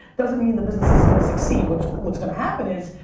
doesn't mean the business is gonna succeed. what's what's gonna happen is,